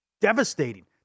Devastating